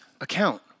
account